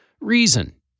Reason